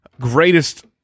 greatest